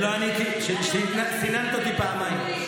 שלא ענית לי, שסיננת אותי פעמיים.